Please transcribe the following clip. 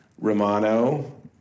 Romano